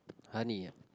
honey ah